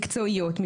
מקצועיות,